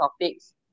topics